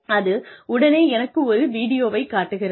அது உடனே எனக்கு ஒரு வீடியோவைக் காட்டுகிறது